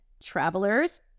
Travelers